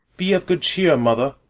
be of good cheer mother,